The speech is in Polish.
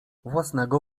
własnego